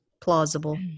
plausible